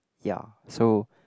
ya so